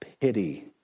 pity